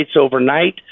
overnight